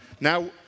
Now